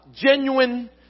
genuine